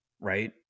right